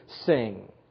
sing